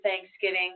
Thanksgiving